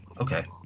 Okay